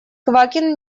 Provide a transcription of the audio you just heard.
квакин